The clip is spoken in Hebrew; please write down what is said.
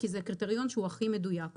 כי זה קריטריון שהוא הכי מדויק.